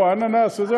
לא אננס וכו',